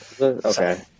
Okay